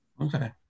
Okay